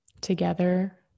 Together